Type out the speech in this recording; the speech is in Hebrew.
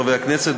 חברי הכנסת,